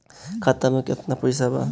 खाता में केतना पइसा बा?